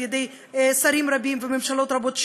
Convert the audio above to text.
על-ידי שרים רבים וממשלות רבות,